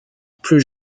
plus